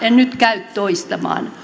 en nyt käy toistamaan